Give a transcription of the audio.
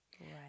Right